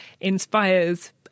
inspires